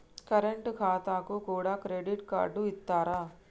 Current ఖాతాకు కూడా credit card ఇత్తరా?